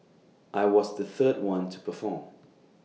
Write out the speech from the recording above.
I was the third one to perform